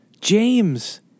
James